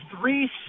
three